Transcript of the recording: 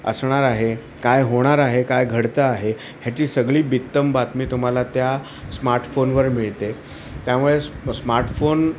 असणार आहे काय होणार आहे काय घडतं आहे ह्याची सगळी बित्तंबातमी तुम्हाला त्या स्मार्टफोनवर मिळते त्यामुळे स्मार्टफोन